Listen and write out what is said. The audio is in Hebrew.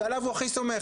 שעליו הוא הכי סומך,